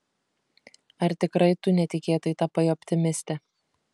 ar tikrai tu netikėtai tapai optimiste